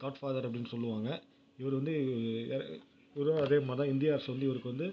God father அப்படின்னு சொல்லுவாங்கள் இவரு வந்து இவரும் அதே மாதிரி தான் இந்திய அரசு வந்து இவருக்கு வந்து